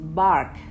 bark